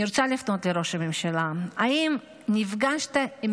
אני רוצה לפנות לראש הממשלה: האם נפגשת עם